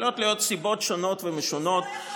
יכולות להיות סיבות שונות ומשונות,